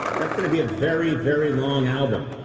that's going to be a very, very long album.